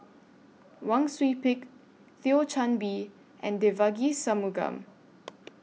Wang Sui Pick Thio Chan Bee and Devagi Sanmugam